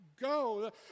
go